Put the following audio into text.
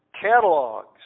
catalogs